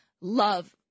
love